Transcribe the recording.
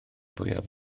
fwyaf